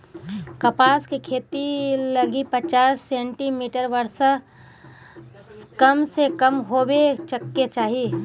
कपास के खेती लगी पचास सेंटीमीटर वर्षा कम से कम होवे के चाही